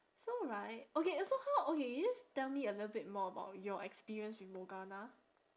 so right okay so far okay you just tell me a little bit more about your experience with morgana